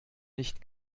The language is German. nicht